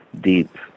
deep